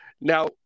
Now